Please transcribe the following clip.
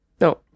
No